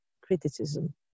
criticism